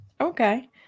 Okay